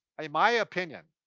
in my opinion,